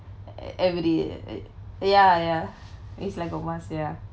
every ya ya it's like a must ya